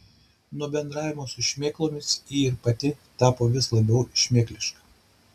nuo bendravimo su šmėklomis ji ir pati tapo vis labiau šmėkliška